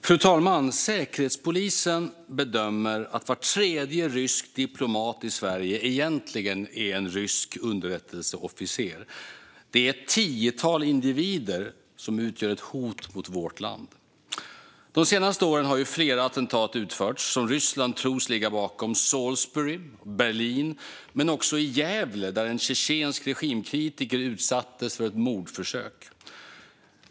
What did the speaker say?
Fru talman! Säkerhetspolisen bedömer att var tredje rysk diplomat i Sverige egentligen är en rysk underrättelseofficer. Det är ett tiotal individer som utgör ett hot mot vårt land. De senaste åren har flera attentat utförts som Ryssland tros ligga bakom, i Salisbury och i Berlin men också i Gävle, där en tjetjensk regimkritiker utsattes för ett mordförsök.